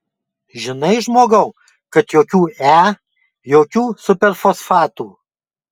žinai žmogau kad jokių e jokių superfosfatų